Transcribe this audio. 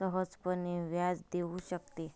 सहजपणे व्याज देऊ शकते